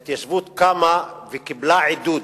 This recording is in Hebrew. ההתיישבות קמה וקיבלה עידוד